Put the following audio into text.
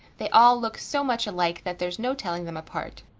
they all look so much alike there's no telling them apart.